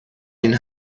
این